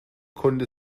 konnte